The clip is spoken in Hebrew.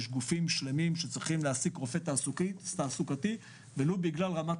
יש גופים שלמים שצריכים להעסיק רופא תעסוקתי ולו בגלל רמת